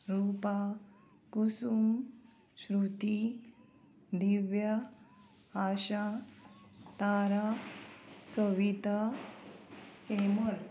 Rupa Kusum Shruti Divya Asha Tara Savita Hemal